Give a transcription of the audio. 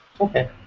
Okay